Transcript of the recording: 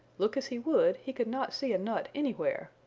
look as he would, he could not see a nut anywhere,